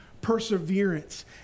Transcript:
perseverance